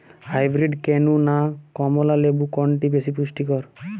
Hybrid কেনু না কমলা লেবু কোনটি বেশি পুষ্টিকর?